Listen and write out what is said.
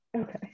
Okay